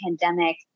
pandemic